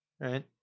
right